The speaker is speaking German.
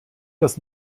dass